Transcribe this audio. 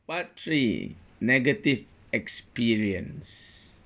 part three negative experience